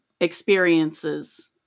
experiences